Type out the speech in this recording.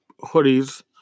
hoodies